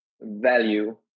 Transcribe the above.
value